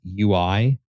UI